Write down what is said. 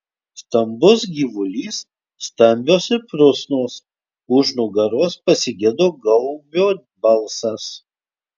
stambus gyvulys stambios ir prusnos už nugaros pasigirdo gaubio balsas